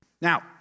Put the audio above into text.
Now